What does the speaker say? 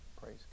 Praise